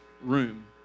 room